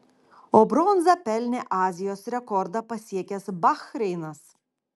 o bronzą pelnė azijos rekordą pasiekęs bahreinas